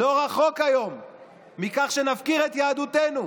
לא רחוק היום מכך שנפקיר את יהדותנו,